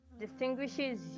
distinguishes